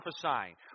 prophesying